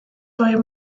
higher